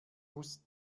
muss